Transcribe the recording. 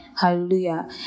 Hallelujah